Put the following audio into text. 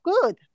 good